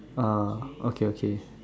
ah okay okay